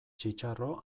txitxarro